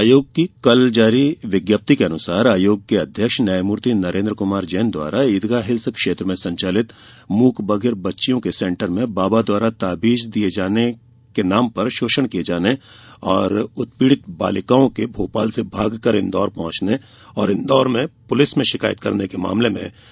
आयोग की कल जारी विज्ञप्ति के अनुसार आयोग के अध्यक्ष न्यायमूर्ति नरेन्द्र कुमार जैन ने ईदगाह हिल्स क्षेत्र में संचालित मूक बधिर बच्चियों के सेंटर में बाबा द्वारा ताबिज देने के नाम पर शोषण किये जाने से उत्पीड़ित बालिकाओं के भोपाल से भागकर इन्दौर पहुंचने और इन्दौर पुलिस में शिकायत करने के मामले में संज्ञान लिया है